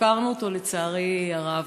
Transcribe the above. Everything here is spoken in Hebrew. הפקרנו אותו, לצערי הרב.